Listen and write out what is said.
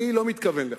אני לא מתכוון לכך.